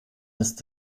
ist